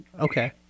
Okay